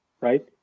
Right